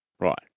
Right